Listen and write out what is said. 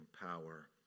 power